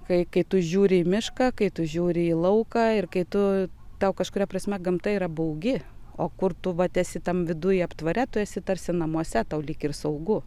kai kai tu žiūri į mišką kai tu žiūri į lauką ir kai tu tau kažkuria prasme gamta yra baugi o kur tu vat esi tam viduj aptvare tu esi tarsi namuose tau lyg ir saugu